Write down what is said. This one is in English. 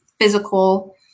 physical